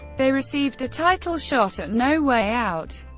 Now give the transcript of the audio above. they received a title shot at no way out,